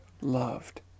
loved